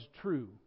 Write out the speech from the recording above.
true